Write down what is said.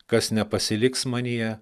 kas nepasiliks manyje